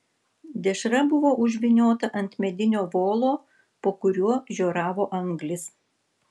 dešra buvo užvyniota ant medinio volo po kuriuo žioravo anglys